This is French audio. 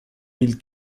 mille